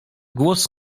głos